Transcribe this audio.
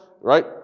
right